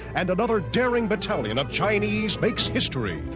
and another daring battalion of chinese makes history,